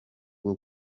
bwo